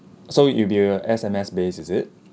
so it'll be a SMS base is it